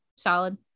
Solid